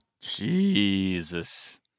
Jesus